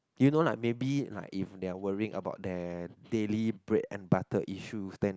do you know like maybe like if they worrying about them daily bread and butter issue then